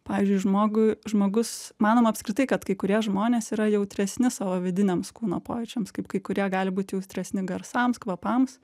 pavyzdžiui žmogui žmogus manoma apskritai kad kai kurie žmonės yra jautresni savo vidiniams kūno pojūčiams kaip kai kurie gali būti jautresni garsams kvapams